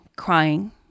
crying